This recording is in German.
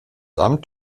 amt